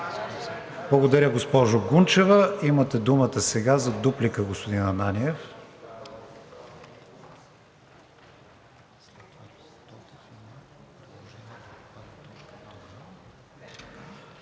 Благодаря, госпожо Гунчева. Имате думата за дуплика, господин Ананиев.